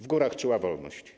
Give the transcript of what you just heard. W górach czuła wolność.